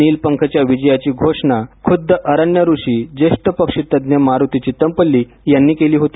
नीलपंख च्या विजयाची घोषणा खुद्द अरण्यऋषी ज्येष्ठ पक्षीतज्ज्ञ मारुती चितमपल्ली यांनी केली होती